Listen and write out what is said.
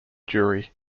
jury